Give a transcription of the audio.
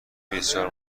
بسیار